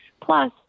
Plus